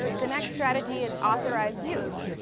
the next strategy is authorize use.